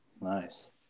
Nice